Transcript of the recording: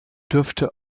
dürfte